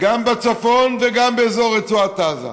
גם בצפון וגם באזור רצועת עזה,